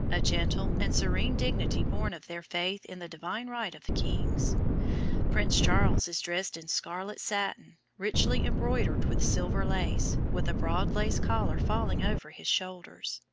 a gentle and serene dignity born of their faith in the divine right of kings. prince charles is dressed in scarlet satin, richly embroidered with silver lace, with a broad lace collar falling over his shoulders.